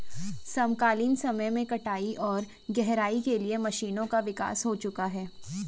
समकालीन समय में कटाई और गहराई के लिए मशीनों का विकास हो चुका है